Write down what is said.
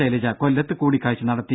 ശൈലജ കൊല്ലത്ത് കൂടിക്കാഴ്ച നടത്തി